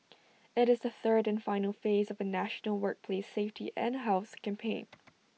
IT is the third and final phase of A national workplace safety and health campaign